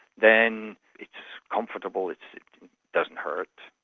then it's comfortable, it doesn't hurt.